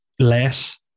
Less